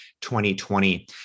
2020